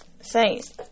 saints